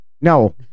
No